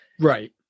Right